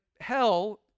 hell